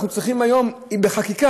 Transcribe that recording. אנחנו צריכים היום בחקיקה,